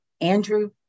Andrew